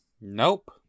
Nope